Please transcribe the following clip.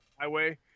highway